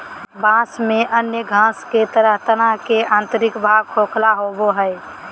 बाँस में अन्य घास के तरह तना के आंतरिक भाग खोखला होबो हइ